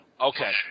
Okay